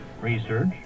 research